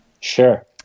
Sure